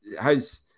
how's